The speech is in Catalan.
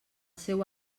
seu